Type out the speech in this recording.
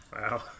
Wow